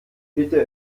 bitte